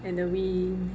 and the wind